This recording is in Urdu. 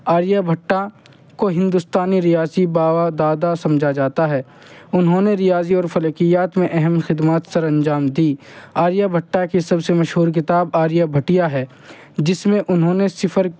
آریہ بھٹ کو ہندوستانی ریاضی باوا دادا سمجھا جاتا ہے انہوں نے ریاضی اور فلکیات میں اہم خدمات سر انجام دیں آریہ بھٹ کی سب سے مشہور کتاب آریہ بھٹیا ہے جس میں انہوں نے صفر